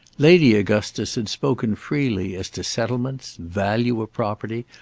lady augustus had spoken freely as to settlements, value of property,